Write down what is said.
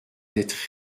d’être